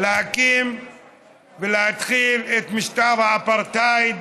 להקים ולהתחיל את משטר האפרטהייד